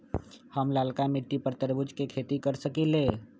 हम लालका मिट्टी पर तरबूज के खेती कर सकीले?